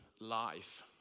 life